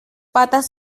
patas